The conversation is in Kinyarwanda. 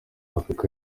afrika